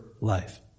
life